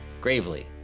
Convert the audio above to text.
Gravely